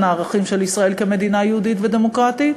הערכים של ישראל כמדינה יהודית ודמוקרטית,